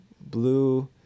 blue